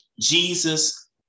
Jesus